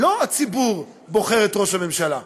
לא הציבור בוחר את ראש הממשלה,